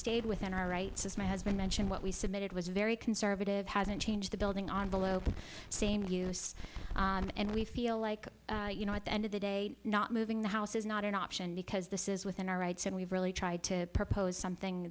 stayed within our rights as my husband mentioned what we submitted was very conservative hasn't changed the building on below same use and we feel like you know at the end of the day not moving the house is not an option because this is within our rights and we've really tried to propose something